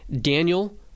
Daniel